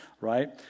right